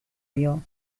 vio